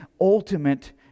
ultimate